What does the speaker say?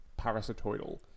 parasitoidal